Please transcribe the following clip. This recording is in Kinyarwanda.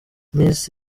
miss